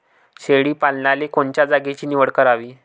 शेळी पालनाले कोनच्या जागेची निवड करावी?